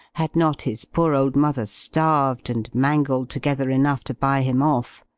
had not his poor old mother starved and mangled together enough to buy him off